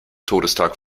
todestag